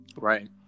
Right